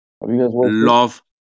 Love